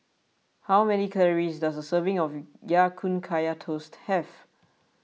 how many calories does a serving of Ya Kun Kaya Toast have